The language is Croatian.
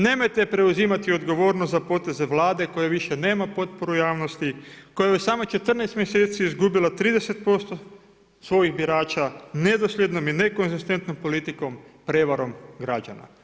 Nemojte preuzimati odgovornost za poteze Vlade koje više nema potporu javnosti, koja je u samo 14 mjeseci izgubila 30% svojih birača nedosljednom i nekonzistentnom politikom, prijevarom građana.